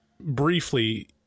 briefly